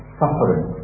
suffering